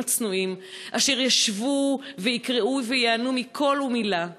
הצנועים אשר ישבו ויקראו וייהנו מקול ומילה,